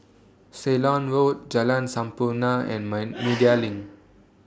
Ceylon Road Jalan Sampurna and Media LINK